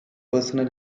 personal